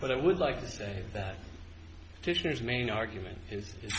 but i would like to say that fischer's main argument is